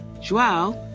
Joao